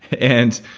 and